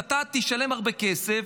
אתה תשלם הרבה כסף,